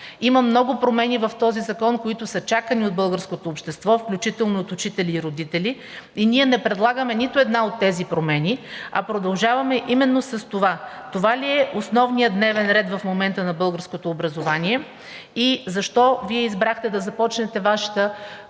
Има много промени в този закон, които са чакани от българското общество, включително от учители и родители, и ние не предлагаме нито една от тези промени, а продължаваме именно с това. Това ли е основният дневен ред в момента на българското образование и защо Вие избрахте да започнете Вашата